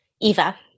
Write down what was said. Eva